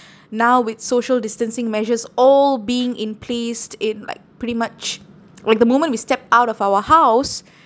now with social distancing measures all being in placed in like pretty much like the moment we step out of our house